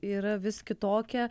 yra vis kitokia